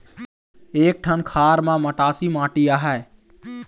एक ठन खार म मटासी माटी आहे?